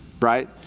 right